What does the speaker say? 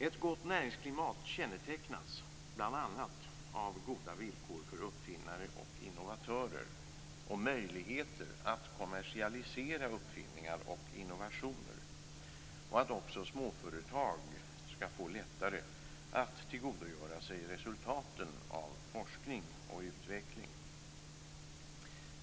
Ett gott näringsklimat kännetecknas bl.a. av goda villkor för uppfinnare och innovatörer och möjligheter att kommersialisera uppfinningar och innovationer och att också småföretag skall få lättare att tillgodogöra sig resultaten av forskning och utveckling.